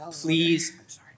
please